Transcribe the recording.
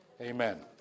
Amen